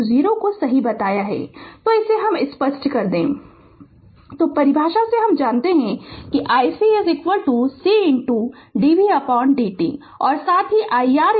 Refer Slide Time 0629 तोपरिभाषा से हम जानते हैं कि iC C dv dt और साथ ही iR vR